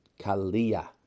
kalia